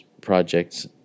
projects